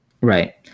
Right